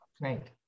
right